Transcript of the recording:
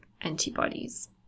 antibodies